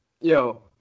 yo